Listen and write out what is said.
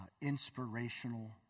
inspirational